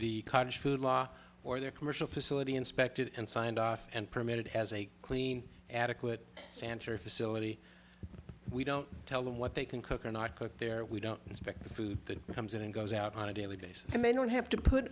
law or their commercial facility inspected and signed off and permitted as a clean adequate santer facility we don't tell them what they can cook or not cook their we don't inspect the food that comes in and goes out on a daily basis and they don't have to put